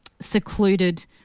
secluded